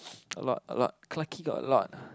a lot a lot Clarke-Quay got a lot